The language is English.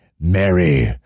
Mary